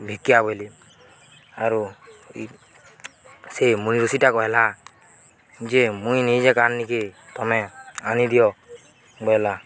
ଭିକ୍ଷା ବୋଇଲି ଆରୁ ଇ ସେଇ ମୁନି ଋଷିଟା କହେଲା ଯେ ମୁଇଁ ନିଜେ କାନ୍ନିକି ତମେ ଆନିଦିଅ ବୋଇଲା